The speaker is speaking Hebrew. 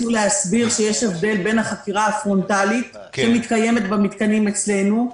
להסביר שיש הבדל בין החקירה הפרונטלית שמתקיימת במתקנים אצלנו,